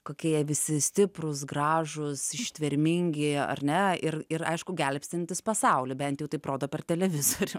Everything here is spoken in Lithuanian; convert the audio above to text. kokie jie visi stiprūs gražūs ištvermingi ar ne ir ir aišku gelbstintys pasaulį bent jau taip rodo per televizorių